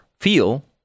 Feel